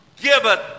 giveth